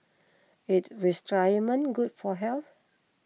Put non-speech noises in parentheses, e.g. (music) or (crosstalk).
is (unintelligible) good for health